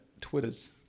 Twitters